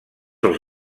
els